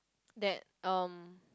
that um